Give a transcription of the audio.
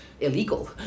illegal